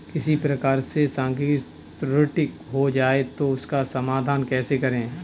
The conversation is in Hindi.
किसी प्रकार से सांख्यिकी त्रुटि हो जाए तो उसका समाधान कैसे करें?